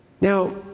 Now